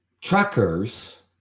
Truckers